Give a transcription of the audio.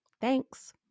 Thanks